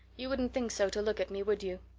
you wouldn't think so to look at me, would you?